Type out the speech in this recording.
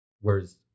Whereas